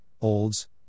Olds